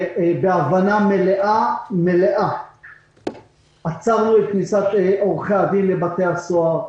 בהבנה מלאה מלאה עצרנו את כניסת עורכי הדין לבתי הסוהר.